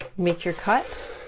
make your cut